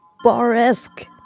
bar-esque